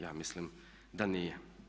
Ja mislim da nije.